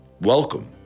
welcome